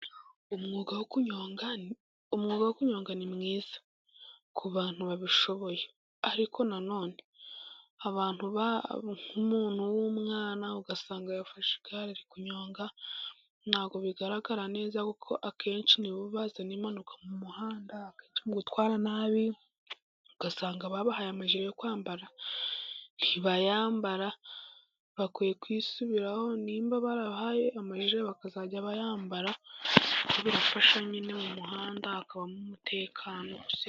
Umwuga wo kunyonga, umwuga wo kunyonga ni mwiza ku bantu babishoboye, ariko nanone nk'umuntu w'umwana ugasanga yafashe igare ari kunyonga, ntabwo bigaragara neza kuko akenshi ni bo bazana impanuka mu muhanda, gutwara nabi ugasanga babahaye amajire yo kwambara ntibayambara, bakwiye kwisubiraho niba barabahaye amajire bakajya bayambara, kuko birafasha nyine mu muhanda hakabamo umutekano.